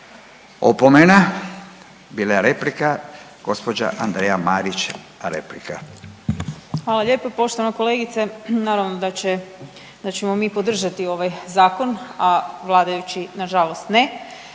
Opomena, bila je replika. Gospođa Andreja Marić, replika. **Marić, Andreja (SDP)** Hvala lijepo. Poštovana kolegice, naravno da će, da ćemo mi podržati ovaj zakon, a vladajući nažalost ne.